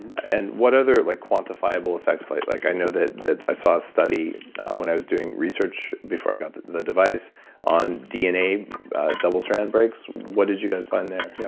and what other like quantifiable effects. like like i know that i saw a study when i was doing research before i got the the device on dna double strand breaks, what did you guys find there? yeah